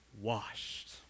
washed